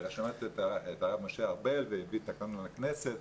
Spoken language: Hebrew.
שמעתי את הרב משה ארבל שהביא את תקנון הכנסת.